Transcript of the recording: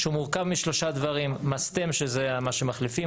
שהוא מורכב משלושה דברים: מסתם שזה מה שמחליפים,